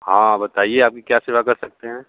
हाँ बताइए आपकी क्या सेवा कर सकते हैं